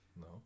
No